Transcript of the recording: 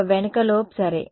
ఒక వెనుక లోబ్ సరే